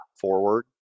forward